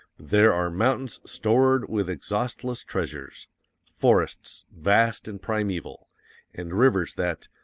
there are mountains stored with exhaustless treasures forests vast and primeval and rivers that,